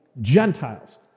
Gentiles